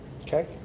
Okay